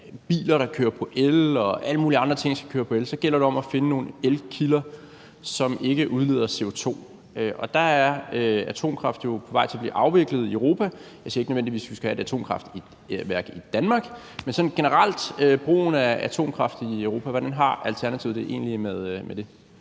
biler, der kører på el, og alle mulige andre ting, der skal køre på el, så gælder det om at finde nogle elkilder, som ikke udleder CO2, og i den forbindelse er atomkraft jo på vej til at blive afviklet i Europa. Jeg siger ikke nødvendigvis, at vi skal have et atomkraftværk i Danmark. Men hvordan har Alternativet det egentlig med